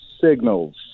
signals